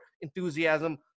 enthusiasm